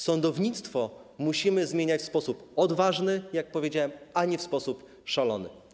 Sądownictwo musimy zmieniać w sposób odważny, jak powiedziałem, ale nie w sposób szalony.